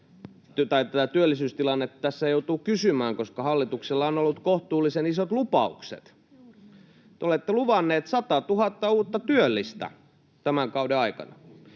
takia tätä työllisyystilannetta tässä joutuu kysymään, koska hallituksella on ollut kohtuullisen isot lupaukset. Te olette luvanneet 100 000 uutta työllistä tämän kauden aikana.